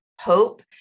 hope